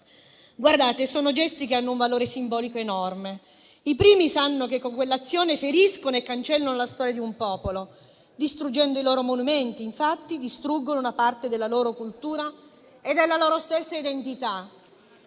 ucraine. Sono gesti che hanno un valore simbolico enorme. I primi sanno che con quella azione feriscono e cancellano la storia di un popolo; distruggendo i loro monumenti, infatti, distruggono una parte della loro cultura e della loro stessa identità.